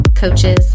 Coaches